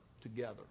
together